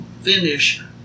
finish